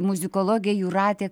muzikologė jūratė